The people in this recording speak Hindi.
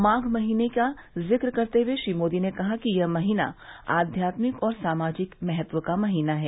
माघ के महीने का जिक्र करते हुए श्री मोदी ने कहा कि यह महीना आध्यात्मिक और सामाजिक महत्व का महीना है